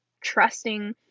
trusting